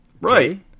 Right